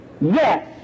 yes